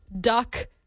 duck